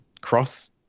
cross